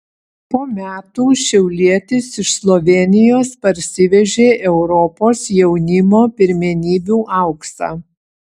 po metų šiaulietis iš slovėnijos parsivežė europos jaunimo pirmenybių auksą